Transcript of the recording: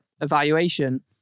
evaluation